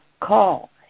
call